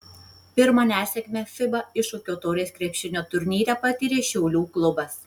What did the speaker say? pirmą nesėkmę fiba iššūkio taurės krepšinio turnyre patyrė šiaulių klubas